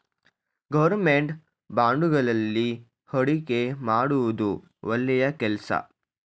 government ಬಾಂಡುಗಳಲ್ಲಿ ಹೂಡಿಕೆ ಮಾಡುವುದು ಒಳ್ಳೆಯ ಕೆಲಸ